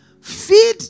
feed